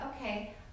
okay